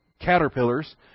caterpillars